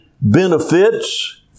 benefits